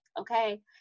okay